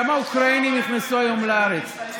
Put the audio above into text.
פנינה, פנינה תמנו שטה.